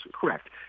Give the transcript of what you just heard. correct